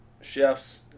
chefs